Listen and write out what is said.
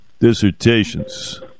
dissertations